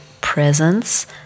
presence